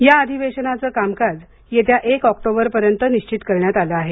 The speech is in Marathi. या अधिवेशनाचं कामकाज येत्या एक ऑक्टोबरपर्यंत निश्वित करण्यात आल आहे